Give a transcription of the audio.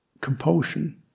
compulsion